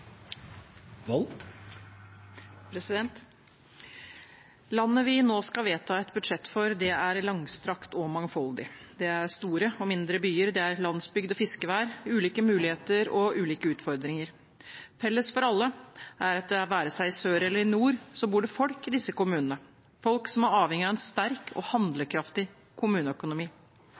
langstrakt og mangfoldig. Det er store og mindre byer, det er landsbygd og fiskevær, ulike muligheter og ulike utfordringer. Felles for alle er at det være seg i sør eller i nord bor det folk i disse kommunene – folk som er avhengige av en sterk og handlekraftig kommuneøkonomi.